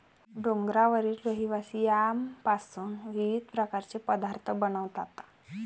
डोंगरावरील रहिवासी यामपासून विविध प्रकारचे पदार्थ बनवतात